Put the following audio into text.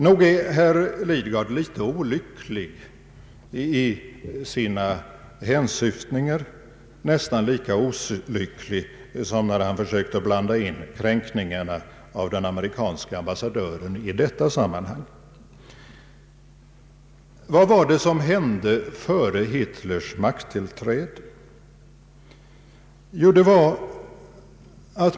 Nog är herr Lidgards hänsyftningar litet olyckliga; det blir nästan lika olyckligt som när han försökte blanda in kränkningarna av den amerikanske ambassadören i detta sammanhang. Vad var det som hände före Hitlers makttillträde?